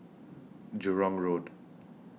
Jurong Road